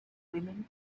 women